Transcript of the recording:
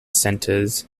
centers